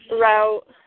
route